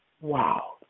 Wow